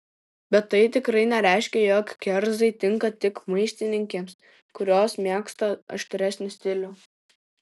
bet tai tikrai nereiškia jog kerzai tinka tik maištininkėms kurios mėgsta aštresnį stilių